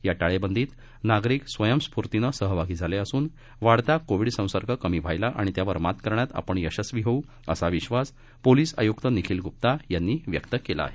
या टाळेबंदीत नागरिक स्वयंस्फूतीनं सहभागी झाले असून वाढता कोविड संसर्ग कमी होण्यास आणि त्यावर मात करण्यात आपण यशस्वी होऊ असा विश्वास पोलीस आयुक्त निखील गुप्ता यांनी व्यक्त केला आहे